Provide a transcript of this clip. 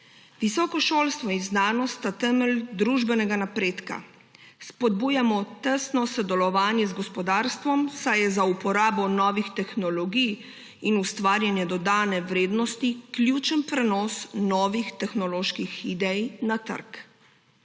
Visoko šolstvo in znanost sta temelj družbenega napredka. Spodbujamo tesno sodelovanje z gospodarstvom, saj je za uporabo novih tehnologij in ustvarjanje dodane vrednosti ključen prenos novih tehnoloških idej na trg.